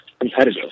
competitive